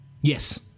Yes